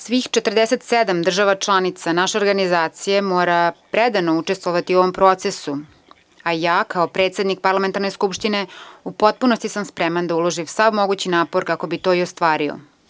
Svih 47 država članica naše organizacije mora predano učestvovati u ovom procesu, a ja kao predsednik Parlamentarne skupštine u potpunosti sam spreman da uložim sav mogući napor kako bi to i ostvario.